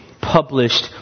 published